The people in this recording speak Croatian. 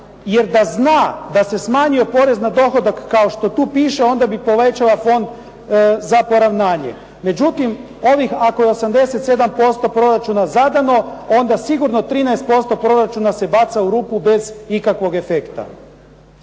jer da zna da se smanjio Porez na dohodak kao što tu piše onda bi povećala fond za poravnanje. Međutim, ovih ako je 87% proračuna zadano onda sigurno 13% proračuna se baca u rupu bez ikakvog efekta.